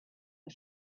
the